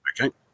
Okay